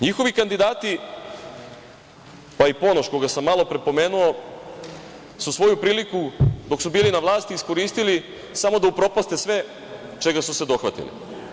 Njihovi kandidati, pa i Ponoš koga sam malopre pomenuo svu svoju priliku dok su bili na vlasti iskoristili samo da upropaste sve čega su se dohvatili.